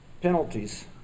penalties